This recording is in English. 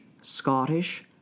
Scottish